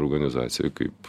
organizaciją kaip